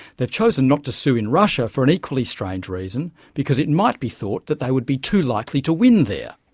they've chosen not to sue in russia for an equally strange reason, because it might be thought that they would be too likely to win there,